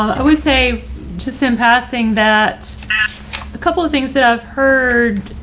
i would say just in passing that a couple of things that i've heard,